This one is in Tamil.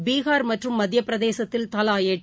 பீகா் மற்றும் மத்திய பிரதேசத்தில் தலா எட்டு